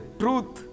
truth